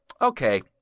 okay